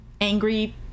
angry